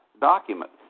document